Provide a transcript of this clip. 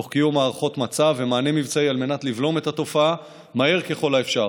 תוך קיום הערכות מצב ומענה מבצעי על מנת לבלום את התופעה מהר ככל האפשר.